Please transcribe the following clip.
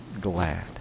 glad